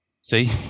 See